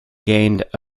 gained